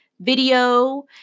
video